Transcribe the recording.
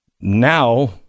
Now